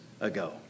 ago